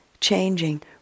changing